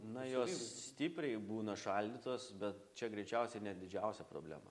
na jos stipriai būna šaldytos bet čia greičiausiai ne didžiausia problema